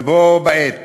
ובו בעת